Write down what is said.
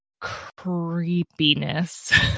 creepiness